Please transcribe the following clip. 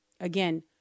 Again